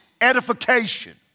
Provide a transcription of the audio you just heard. Edification